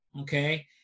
okay